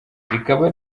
rikaba